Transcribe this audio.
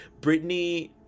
Britney